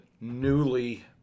newly